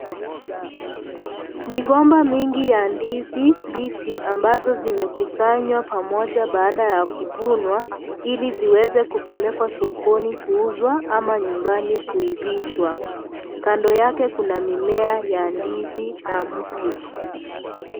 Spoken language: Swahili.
Migomba mingi ya ndizi mbichi ambazo zimekusanywa pamoja baada ya kuvunwa ili ziweze kupelekwa sokoni kuuzwa ama nyumbani kuivishwa. Kando yake kuna mimea ya ndizi na mti.